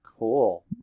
cool